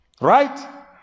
Right